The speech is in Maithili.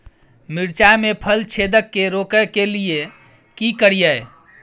मिर्चाय मे फल छेदक के रोकय के लिये की करियै?